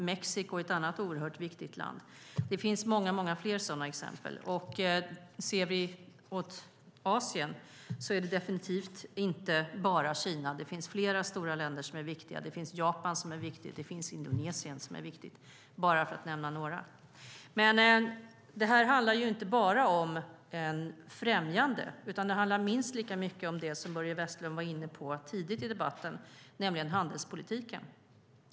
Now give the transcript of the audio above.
Mexiko är ett annat oerhört viktigt land. Det finns många fler sådana exempel. I Asien är det definitivt inte bara Kina som är viktigt. Det finns flera stora länder som är viktiga. Det är Japan och Indonesien - bara för att nämna ett par. Men det här handlar ju inte bara om ett främjande, utan det handlar minst lika mycket om det som Börje Vestlund var inne på tidigare i debatten, nämligen handelspolitiken.